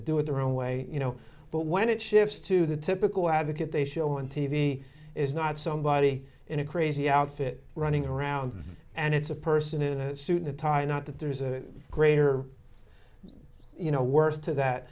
to do it their own way you know but when it shifts to the typical advocate they show on t v is not somebody in a crazy outfit running around and it's a person in a suit and tie not that there's a greater you know worst to that